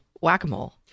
whack-a-mole